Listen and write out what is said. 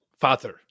Father